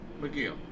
McGill